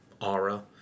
aura